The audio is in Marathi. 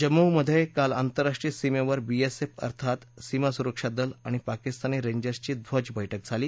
जम्मूमध्ये काल आंतरराष्ट्रीय सीमेवर बीएसएफ अर्थात सीमा सुरक्षा दल आणि पाकिस्तानी रेंजर्सची ध्वज बैठक झाली